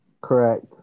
correct